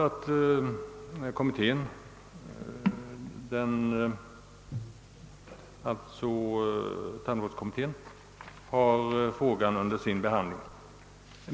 Riktigt är också att folktandvårdsutredningen har frågan under behandling.